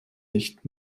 nicht